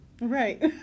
Right